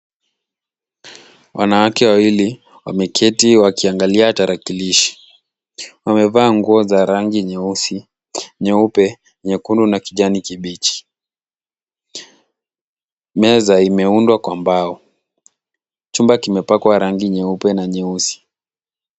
Wanawake wawili wameketi wakiangalia tarakilishi, wamevaa nguo za rangi nyeusi, nyeupe, nyekundu na kijani kibichi, meza imeundwa kwa mbao ,chumba kimepakwa rangi nyeupe na nyeusi .